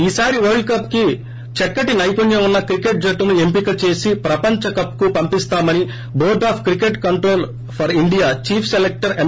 ఈ సారి world cup కి చక్కటి నైపుణ్యం ఉన్న క్రికెట్ జట్టును ఎంపిక చేసిప్రపంచ కప్ కు పంపిస్తామని board of cricket control for India chief selector M